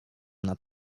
nad